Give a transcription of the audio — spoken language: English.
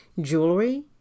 Jewelry